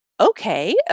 okay